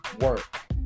work